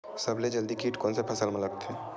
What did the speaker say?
सबले जल्दी कीट कोन से फसल मा लगथे?